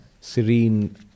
serene